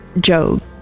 Job